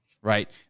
right